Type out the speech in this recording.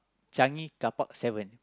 Changi car park seven